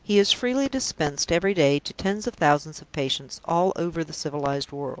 he is freely dispensed every day to tens of thousands of patients all over the civilized world.